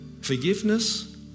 Forgiveness